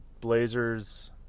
Blazers